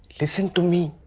listen to me.